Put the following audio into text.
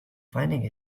finding